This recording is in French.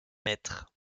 maîtres